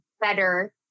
better